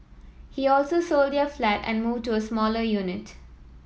he also sold their flat and moved to a smaller unit